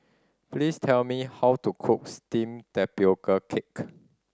please tell me how to cook steamed tapioca cake